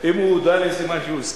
אם הוא הודה לי, סימן שהוא הסכים,